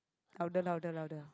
louder louder louder